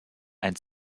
ein